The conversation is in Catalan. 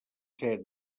ser